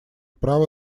право